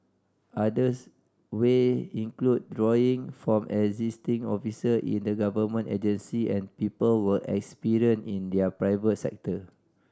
others way include drawing from existing officer in the government agency and people were experience in the private sector